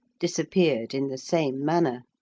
disappeared in the same manner.